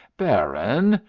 baron!